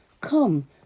Come